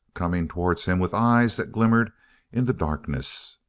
coming towards him with eyes that glimmered in the darkness,